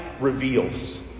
reveals